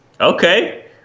Okay